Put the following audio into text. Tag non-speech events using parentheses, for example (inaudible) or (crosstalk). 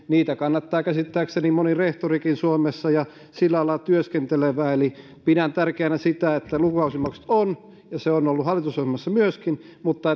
niitä kannattaa käsittääkseni moni rehtorikin suomessa ja sillä alalla työskentelevä eli pidän tärkeänä sitä että lukukausimaksut on ja se on on ollut hallitusohjelmassa myöskin mutta (unintelligible)